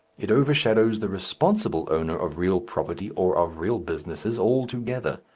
it overshadows the responsible owner of real property or of real businesses altogether.